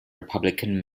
republican